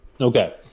Okay